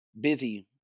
busy